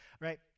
right